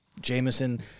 Jameson